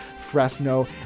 Fresno